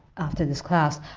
after this class.